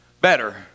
better